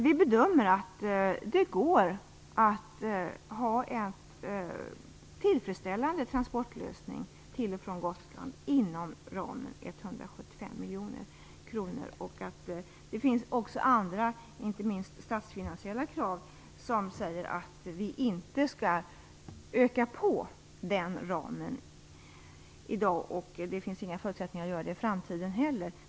Vi bedömer att det går att ha en tillfredsställande transportlösning till och från Gotland inom ramen 175 miljoner kronor. Det finns också andra krav, inte minst statsfinansiella, som säger att vi inte skall öka den ramen i dag och att det inte finns några förutsättningar att göra det i framtiden heller.